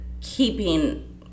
keeping